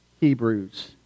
Hebrews